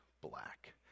black